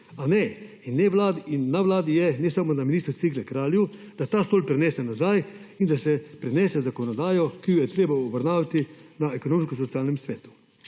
v klet, a ne, na Vladi je, ne samo na ministru Cigler Kralju, da ta stol prinese nazaj in da se prinese zakonodajo, ki jo je treba obravnavati na Ekonomsko-socialnem svetu.